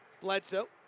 Bledsoe